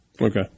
Okay